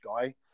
guy